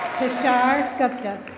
tashar gupduct.